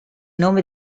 nome